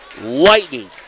lightning